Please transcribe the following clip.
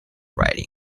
riding